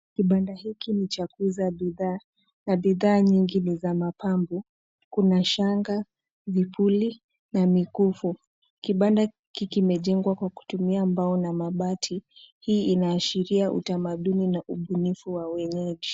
Kibanda hiki ni cha kuuza bidhaa na bidhaa nyingi ni za mapambo. Kuna shanga, vipuli, na mikufu. Kibanda hiki kimejengwa kwa kutumia mbao na mabati, hii inaashiria utamaduni na ubunifu wa wenyeji.